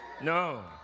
No